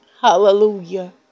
Hallelujah